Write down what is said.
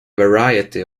variety